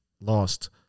lost